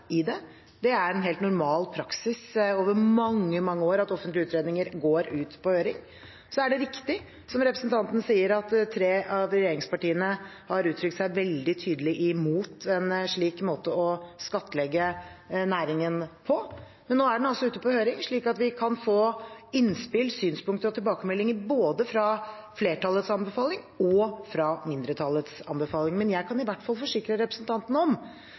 i den. Det er en helt normalt praksis over mange, mange år at offentlige utredninger går ut på høring. Det er riktig som representanten sier, at tre av regjeringspartiene har uttrykt seg veldig tydelig imot en slik måte å skattlegge næringen på. Men nå er den altså ute på høring, slik at vi kan få innspill, synspunkter og tilbakemeldinger både fra flertallets anbefaling og fra mindretallets anbefaling. Men jeg kan i hvert fall forsikre representanten om